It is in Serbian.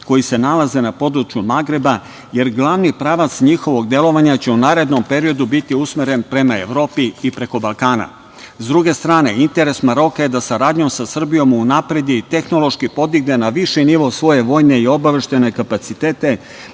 koji se nalaze na području Magreba, jer glavni pravac njihovog delovanja će u narednom periodu biti usmeren prema Evropi i preko Balkana.S druge strane, interes Maroka je da saradnjom sa Srbijom unapredi i tehnološki podigne na viši nivo svoje vojne i obaveštajne kapacitete,